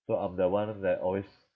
so I'm the one that always